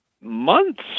months